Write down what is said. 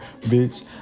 Bitch